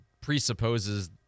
presupposes